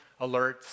alerts